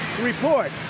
report